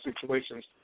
situations